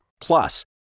Plus